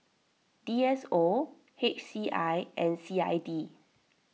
D S O H C I and C I D